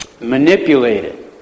manipulated